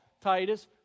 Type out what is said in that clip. Titus